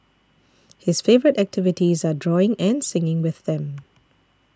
his favourite activities are drawing and singing with them